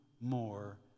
more